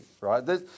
right